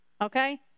Okay